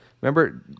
Remember